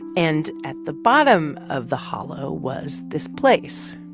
and at the bottom of the hollow was this place.